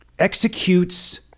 executes